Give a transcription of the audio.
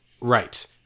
right